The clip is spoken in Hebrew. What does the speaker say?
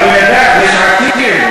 יש עתיד,